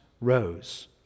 rose